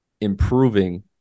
improving